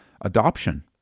adoption